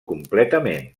completament